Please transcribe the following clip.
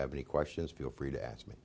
have any questions feel free to ask me